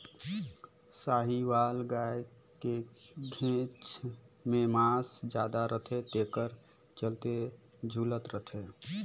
साहीवाल गाय के घेंच में मांस जादा रथे तेखर चलते झूलत रथे